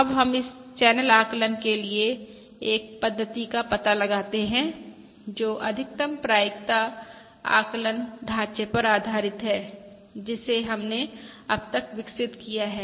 अब हम इस चैनल आकलन के लिए एक पद्धति का पता लगाते हैं जो अधिकतम प्रायिकता आकलन ढांचे पर आधारित है जिसे हमने अब तक विकसित किया है